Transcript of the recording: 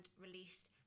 released